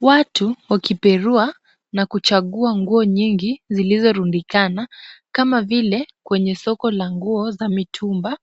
Watu wakiperua na kuchagua nguo nyingi zilizorundikana kama vile kwenye soko la nguo la mitumba .